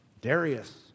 Darius